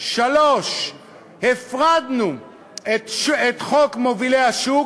3. הפרדנו את חוק מובילי השוק,